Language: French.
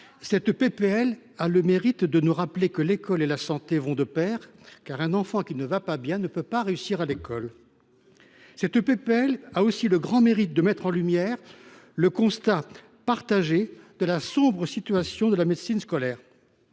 de loi a le mérite de nous rappeler que l’école et la santé vont de pair, car un enfant qui ne va pas bien ne peut pas réussir à l’école. Elle a aussi le grand mérite de mettre en lumière le constat partagé de la sombre situation de la médecine scolaire.